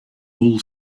all